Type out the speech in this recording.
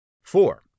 Four